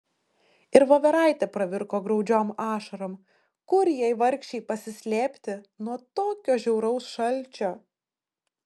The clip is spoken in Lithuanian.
ir voveraitė pravirko graudžiom ašarom kur jai vargšei pasislėpti nuo tokio žiauraus šalčio